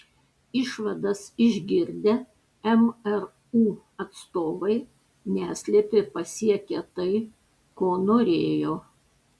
išvadas išgirdę mru atstovai neslėpė pasiekę tai ko norėjo